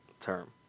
term